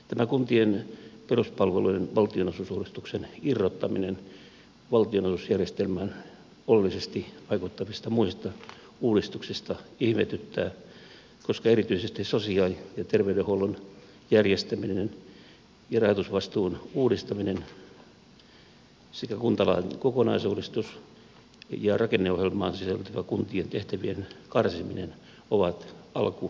tämä kuntien peruspalveluiden valtionosuusuudistuksen irrottaminen valtionosuusjärjestelmään oleellisesti vaikuttavista muista uudistuksista ihmetyttää koska erityisesti sosiaali ja terveydenhuollon järjestäminen ja rahoitusvastuun uudistaminen sekä kuntalain kokonaisuudistus ja rakenneohjelmaan sisältyvä kuntien tehtävien karsiminen ovat alkutekijöissään